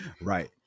Right